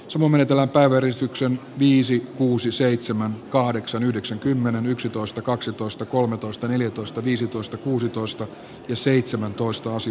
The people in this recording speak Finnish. sumumenetellä päivällistyksen viisi kuusi seitsemän kahdeksan yhdeksän kymmenen yksitoista kaksitoista kolmetoista neljätoista viisitoista lopuksi on päätettävä lausumaehdotuksista